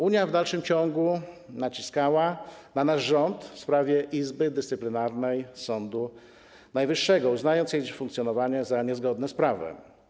Unia w dalszym ciągu naciskała na nasz rząd w sprawie Izby Dyscyplinarnej Sądu Najwyższego, uznając jej funkcjonowanie za niezgodne z prawem.